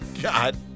God